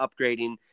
upgrading